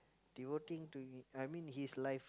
devoting to me I mean his life